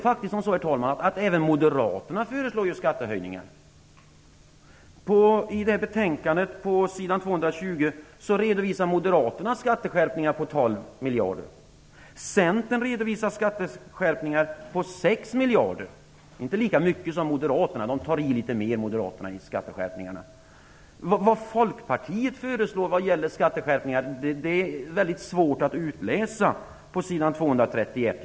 Faktiskt även Moderaterna föreslår skattehöjningar, herr talman. På s. 220 i betänkandet redovisar Moderaterna förslag om skatteskärpningar på 12 miljarder. 6 miljarder. Det är inte lika mycket som Moderaterna. Moderaterna tar i litet mer i skatteskärpningarna. Vad Folkpartiet föreslår vad gäller skatteskärpningar är väldigt svårt att utläsa på s. 231.